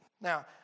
Now